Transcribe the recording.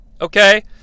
okay